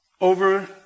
over